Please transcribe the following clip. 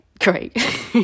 great